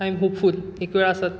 I am hopeful एक वेळ आसत